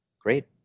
Great